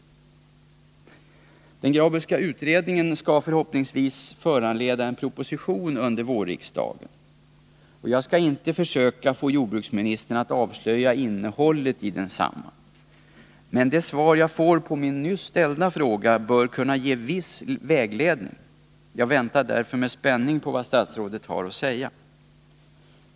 Den Graböska utredningen skall förhoppningsvis föranleda en proposition under vårriksdagen. Jag skall inte försöka få jordbruksministern att avslöja innehållet i densamma. Men det svar jag får på min nyss ställda fråga bör kunna ge viss vägledning. Jag väntar därför med spänning på vad statsrådet har att säga.